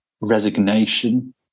resignation